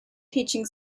teaching